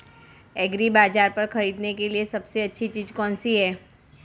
एग्रीबाज़ार पर खरीदने के लिए सबसे अच्छी चीज़ कौनसी है?